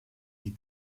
die